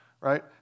right